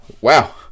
wow